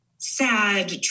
Sad